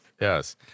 Yes